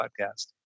Podcast